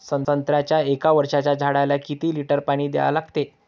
संत्र्याच्या एक वर्षाच्या झाडाले किती लिटर पाणी द्या लागते?